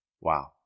Wow